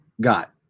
got